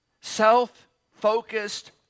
self-focused